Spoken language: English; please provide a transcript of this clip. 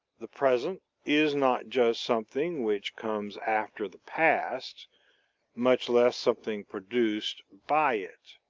the present is not just something which comes after the past much less something produced by it.